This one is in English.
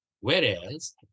Whereas